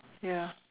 ya